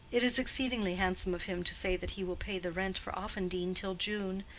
it is exceedingly handsome of him to say that he will pay the rent for offendene till june.